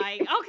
okay